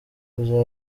kuzaba